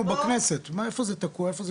בכנסת, איפה זה תקוע.